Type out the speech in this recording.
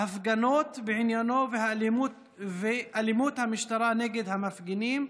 ההפגנות בעניינו ואלימות המשטרה נגד המפגינים,